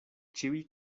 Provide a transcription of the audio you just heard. ĉiuj